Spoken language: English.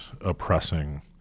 oppressing